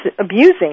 abusing